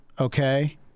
okay